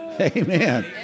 Amen